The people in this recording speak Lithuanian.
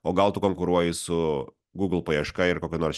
o gal tu konkuruoji su google paieška ir kokia nors